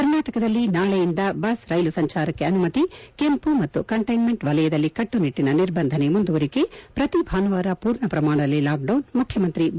ಕರ್ನಾಟಕದಲ್ಲಿ ನಾಳೆಯಿಂದ ಬಸ್ ರೈಲು ಸಂಚಾರಕ್ಕೆ ಅನುಮತಿ ಕೆಂಪು ಮತ್ತು ಕಂಟೈನ್ಗೆಂಟ್ ವಲಯದಲ್ಲಿ ಕಟ್ಲುನಿಟ್ಲನ ನಿರ್ಬಂಧನೆ ಮುಂದುವರಿಕೆ ಪ್ರತಿ ಭಾನುವಾರ ಪೂರ್ಣ ಪ್ರಮಾಣದಲ್ಲಿ ಲಾಕ್ಡೌನ್ ಮುಖ್ಯಮಂತ್ರಿ ಬಿ